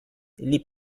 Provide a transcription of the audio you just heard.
les